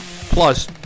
plus